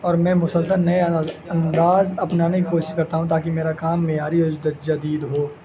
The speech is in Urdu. اور میں مسلسل نئے اند انداز اپنانے کی کوشش کرتا ہوں تاکہ میرا کام معیاری ہو جد جدید ہو